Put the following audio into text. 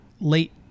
late